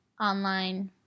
online